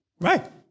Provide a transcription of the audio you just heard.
Right